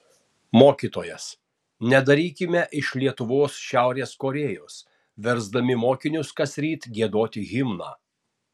mokytojas nedarykime iš lietuvos šiaurės korėjos versdami mokinius kasryt giedoti himną